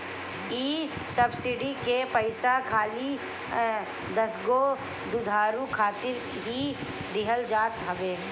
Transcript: इ सब्सिडी के पईसा खाली दसगो दुधारू खातिर ही दिहल जात हवे